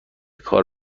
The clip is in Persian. کار